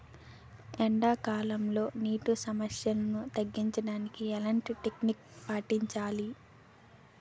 ఎండా కాలంలో, నీటి సమస్యలను తగ్గించడానికి ఎలాంటి టెక్నిక్ పాటించాలి?